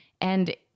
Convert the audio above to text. And-